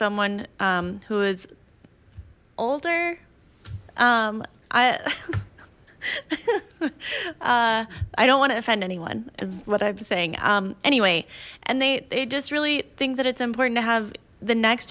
someone who was older i i don't want to offend anyone is what i'm saying anyway and they they just really think that it's important to have the next